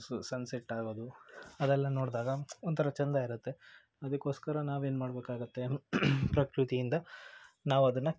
ಸ್ ಸನ್ಸೆಟ್ ಆಗೋದು ಅದೆಲ್ಲ ನೋಡಿದಾಗ ಒಂಥರ ಚೆಂದ ಇರುತ್ತೆ ಅದಕ್ಕೋಸ್ಕರ ನಾವು ಏನು ಮಾಡ್ಬೇಕಾಗುತ್ತೆ ಪ್ರಕೃತಿಯಿಂದ ನಾವು ಅದನ್ನು